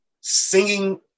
singing